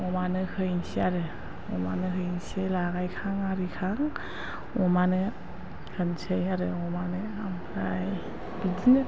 अमानो हैनोसै आरो अमानो हैनोसै लागायखां आरिखां अमानो होनसै आरो अमानो आमफ्राय बिदिनो